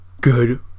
good